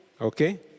okay